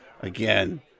again